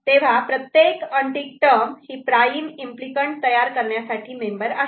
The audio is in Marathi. तेव्हा प्रत्येक अनटिक टर्म ही प्राईम इम्पली कँट तयार करण्यासाठी मेंबर आहे